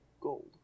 gold